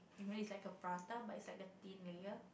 you know it's like a Prata but it's like a thin layer